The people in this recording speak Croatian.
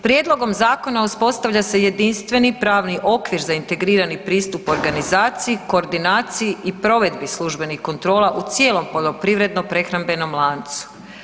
Prijedlogom zakon uspostavlja se jedinstveni pravni okvir za integrirani pristup organizaciji, koordinaciji i provedbi službenih kontrola u cijelom poljoprivredno-prehrambenom lancu.